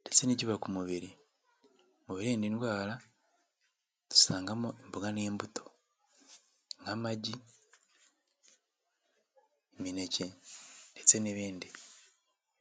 ndetse n'ibyubaka umubiri mu biririnda indwara dusangamo imboga n'imbuto nk'amagi ,imineke ndetse n'ibindi.